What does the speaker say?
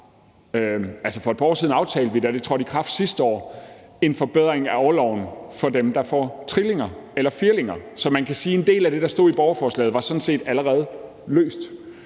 For et par år siden aftalte vi, og det trådte i kraft sidste år, en forbedring af orloven for dem, der får trillinger eller firlinger, så man kan sige, at en del af det, der stod i borgerforslaget, sådan set allerede var løst.